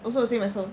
also the same as her